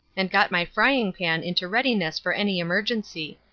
and got my frying-pan into readiness for any emergency.